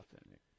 authentic